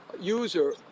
user